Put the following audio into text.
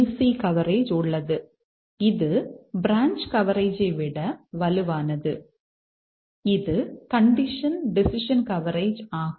C coverage உள்ளது இது branch coverage விட வலுவானது இது கண்டிஷன் டெசிஷன் கவரேஜ் ஆகும்